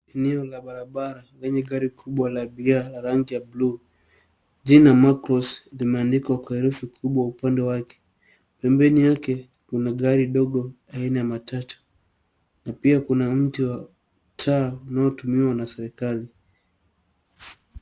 Eneo la barabara lenye gari kubwa la abiria rangi ya buluu. Jina Marcos limeandikwa kwa herufi kubwa upande wake. Pembeni yake, kuna gari dogo aina ya matatu. Na pia kuna mti wa taa unaotumiwa na serikali.